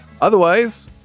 Otherwise